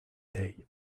day